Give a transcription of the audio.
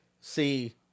See